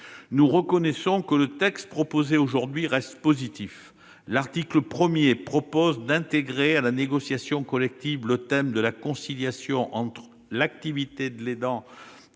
nous reconnaissons que le texte proposé aujourd'hui reste positif. L'article 1 vise à intégrer à la négociation collective le thème de la conciliation entre l'activité d'aidant